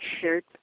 shirt